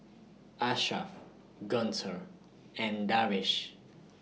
Ashraff Guntur and Darwish